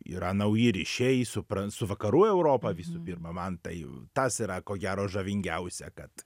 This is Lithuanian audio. yra nauji ryšiai su pranc su vakarų europa visų pirma man tai tas yra ko gero žavingiausia kad